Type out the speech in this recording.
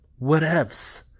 whatevs